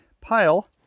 pile